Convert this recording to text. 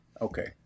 Okay